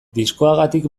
diskoagatik